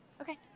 Okay